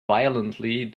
violently